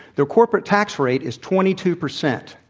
their corporate tax rate is twenty two percent.